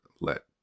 let